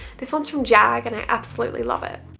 this one's from jag and i absolutely love it.